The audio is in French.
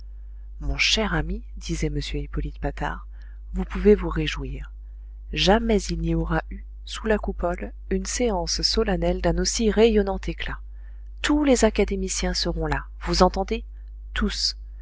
mon cher ami disait m hippolyte patard vous pouvez vous réjouir jamais il n'y aura eu sous la coupole une séance solennelle d'un aussi rayonnant éclat tous les académiciens seront là vous entendez tous